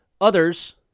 Others